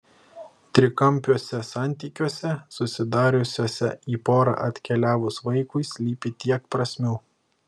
trikampiuose santykiuose susidariusiuose į porą atkeliavus vaikui slypi tiek prasmių